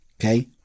Okay